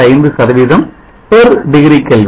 045 degree Kelvin